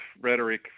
rhetoric